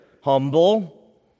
Humble